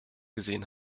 gesehen